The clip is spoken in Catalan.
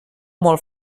molt